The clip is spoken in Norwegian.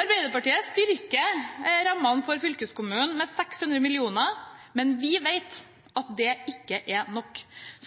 Arbeiderpartiet styrker rammen for fylkeskommunene med 600 mill. kr. Men vi vet at det ikke er nok.